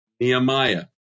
Nehemiah